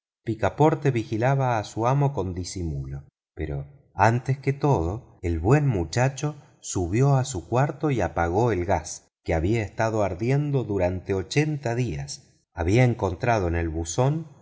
picaporte vigilaba a su amo con disimulo pero antes que todo el buen muchacho subió a su cuarto y apagó el gas que había estado ardiendo durante ochenta días había encontrado en el buzón